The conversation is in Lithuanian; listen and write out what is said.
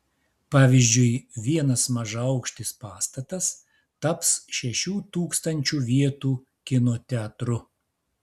pavyzdžiui vienas mažaaukštis pastatas taps šešių tūkstančių vietų kino teatru